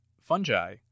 fungi